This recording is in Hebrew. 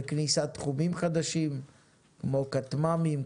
וכניסת תחומים חדשים כמו כטמ"מים,